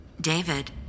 David